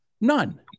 None